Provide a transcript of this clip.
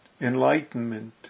Enlightenment